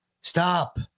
Stop